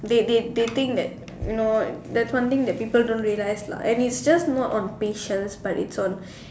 they they they think that you know there's something that people don't realise lah and it's just not on patients but it's on